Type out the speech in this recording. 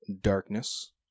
Darkness